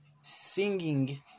singing